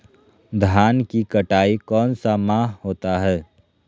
धान की कटाई कौन सा माह होता है?